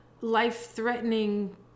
life-threatening